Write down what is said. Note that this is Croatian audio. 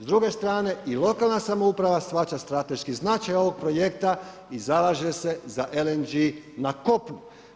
S druge strane, i lokalna samouprava shvaća strateški značaj ovog projekta i zalaže se za LNG na kopnu.